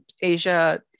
Asia